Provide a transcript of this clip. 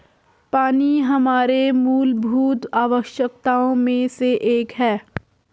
पानी हमारे मूलभूत आवश्यकताओं में से एक है